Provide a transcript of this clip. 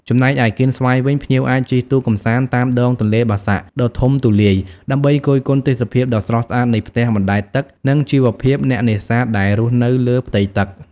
ចំណែកឯកៀនស្វាយវិញ ភ្ញៀវអាចជិះទូកកម្សាន្តតាមដងទន្លេបាសាក់ដ៏ធំទូលាយដើម្បីគយគន់ទេសភាពដ៏ស្រស់ស្អាតនៃផ្ទះបណ្តែតទឹកនិងជីវភាពអ្នកនេសាទដែលរស់នៅលើផ្ទៃទឹក។